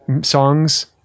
songs